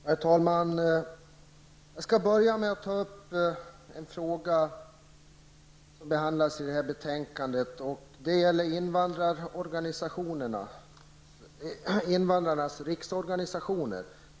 Herr talman! Jag vill börja med att ta upp en fråga som behandlas i betänkandet, nämligen invandrarorganisationerna och invandrarnas riksorganisationer.